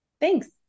Thanks